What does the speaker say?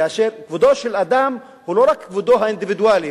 כאשר כבודו של אדם הוא לא רק כבודו האינדיבידואלי,